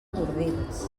bordils